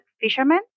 fishermen